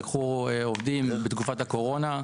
אנשים שלקחו עובדים בתקופת הקורונה.